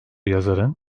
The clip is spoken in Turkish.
yazarın